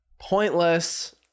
pointless